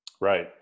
Right